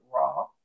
raw